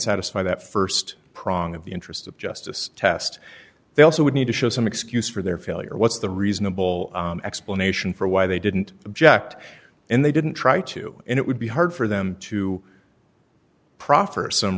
satisfy that st prong of the interest of justice test they also would need to show some excuse for their failure what's the reasonable explanation for why they didn't object and they didn't try to and it would be hard for them to proffer some